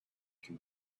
can